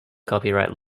copyright